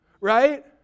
right